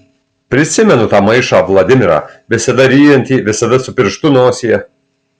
prisimenu tą maišą vladimirą visada ryjantį visada su pirštu nosyje